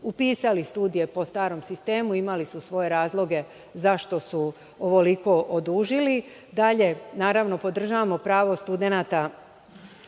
upisali studije po starom sistemu. Imali su svoje razloge zašto su ovoliko odužili. Dalje, naravno, podržavamo pravo studenata